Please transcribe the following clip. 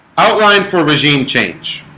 outlined for regime change